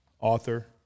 author